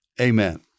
amen